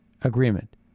agreement